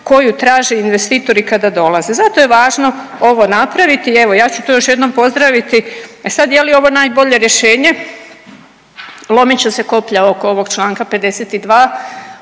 koju traže investitori kada dolaze. Zato je važno ovo napraviti, evo, ja ću tu još jednom pozdraviti. E sad, je li ovo najbolje rješenje, lomit će se koplja oko ovog članka 52.